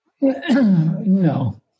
no